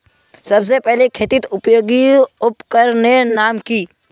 सबसे पहले खेतीत उपयोगी उपकरनेर नाम की?